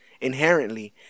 inherently